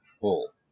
full